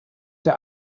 der